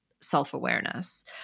self-awareness